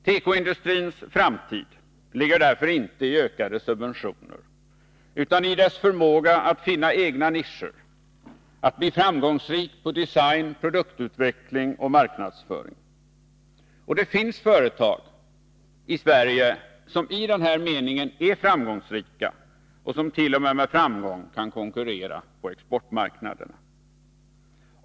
Tekoindustrins framtid ligger därför inte i ökade subventioner, utan i dess förmåga att finna egna nischer och att bli framgångsrik på design, produktutveckling och marknadsföring. Och det finns företag i Sverige som i denna mening är framgångsrika och som t.o.m. med framgång kan konkurrera på exportmarknaderna.